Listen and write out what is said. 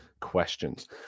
questions